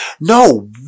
No